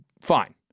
fine